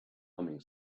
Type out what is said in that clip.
humming